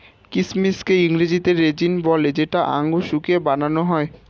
কিচমিচকে ইংরেজিতে রেজিন বলে যেটা আঙুর শুকিয়ে বানান হয়